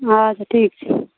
अच्छा ठीक छै